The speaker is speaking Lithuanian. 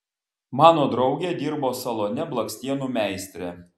mano draugė dirbo salone blakstienų meistre